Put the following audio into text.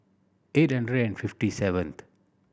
eight hundred and fifty seventh